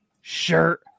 shirt